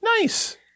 nice